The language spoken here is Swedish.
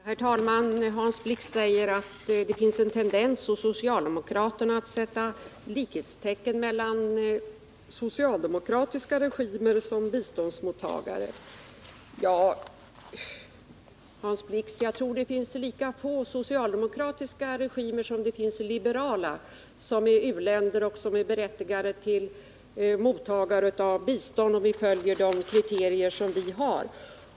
Herr talman! Hans Blix säger att det finns en tendens hos socialdemokraterna att sätta likhetstecken mellan kriterierna för biståndsgivningen och socialdemokratiska regimer som biståndsmottagare. Men, Hans Blix, jag tror att det finns lika få socialdemokratiska regimer som det finns liberala i de u-länder som är berättigade att vara mottagare av bistånd enligt de kriterier vi har.